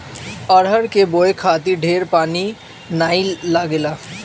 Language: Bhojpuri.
अरहर के बोए खातिर ढेर पानी नाइ लागेला